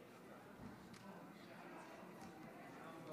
ההצבעה: בעד,